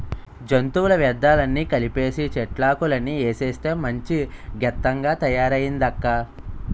జంతువుల వ్యర్థాలన్నీ కలిపీసీ, చెట్లాకులన్నీ ఏసేస్తే మంచి గెత్తంగా తయారయిందక్కా